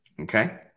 Okay